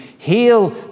Heal